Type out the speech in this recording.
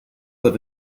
live